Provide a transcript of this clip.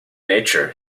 nature